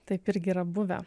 taip irgi yra buvę